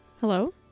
Hello